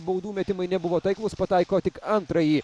baudų metimai nebuvo taiklūs pataiko tik antrąjį